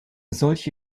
solche